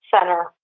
center